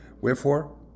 Wherefore